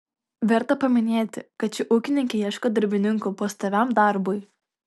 verta paminėti kad ši ūkininkė ieško darbininkų pastoviam darbui